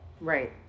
Right